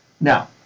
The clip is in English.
Now